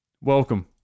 Welcome